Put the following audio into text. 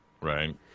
Right